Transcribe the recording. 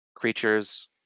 creatures